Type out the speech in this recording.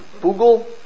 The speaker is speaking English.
Google